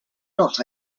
not